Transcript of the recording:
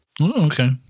Okay